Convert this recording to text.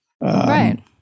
Right